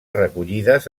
recollides